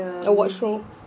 award show